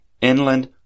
inland